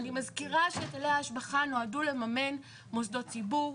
אני מזכירה שהיטלי ההשבחה נועדו לממן מוסדות ציבור,